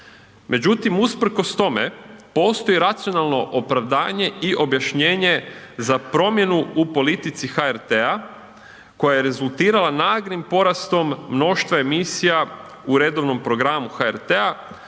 Međutim usprkos tome, postoji racionalno opravdanje i objašnjenje za promjenu u politici HRT-a, koja je rezultirala naglim porastom mnoštva emisije u redovnom programu HRT-a,